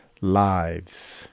lives